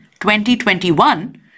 2021